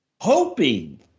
Hoping